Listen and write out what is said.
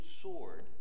sword